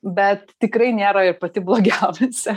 bet tikrai nėra ir pati blogiausia